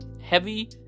heavy